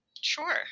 Sure